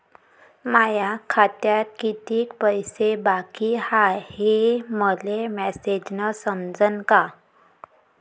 माया खात्यात कितीक पैसे बाकी हाय हे मले मॅसेजन समजनं का?